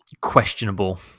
questionable